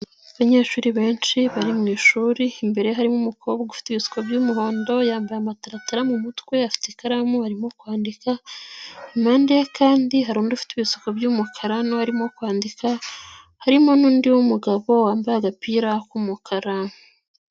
Abanyeshuri benshi bari mu ishuri imbere harimo umukobwa ufite ibisuko by'umuhondo yambaye amataratara mu mutwe afite ikaramu arimo kwandika, impande ye kandi hari undi ufite ibisuko by'umukara nawe arimo kwandika harimo n'undi mugabo wambaye agapira k'umukara.